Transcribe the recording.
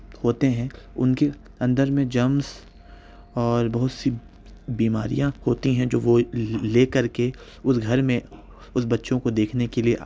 ہوتے ہیں اُن کے اندر میں جرمس اور بہت سی بیماریاں ہوتی ہیں جو وہ لے کر کے اُس گھر میں اُس بچوں کو دیکھنے کے لیے